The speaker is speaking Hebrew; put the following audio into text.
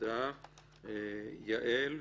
אדוני יושב-הראש,